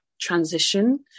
transition